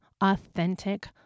authentic